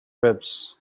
webs